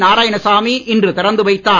நாராயணசாமி இன்று திறந்து வைத்தார்